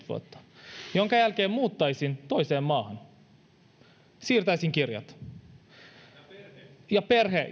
vuotta ja sen jälkeen muuttaisin toiseen maahan siirtäisin kirjat ja perhe